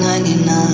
99